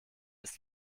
ist